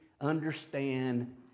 understand